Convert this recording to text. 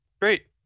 Great